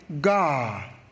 God